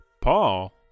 Paul